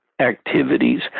activities